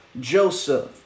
Joseph